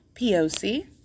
poc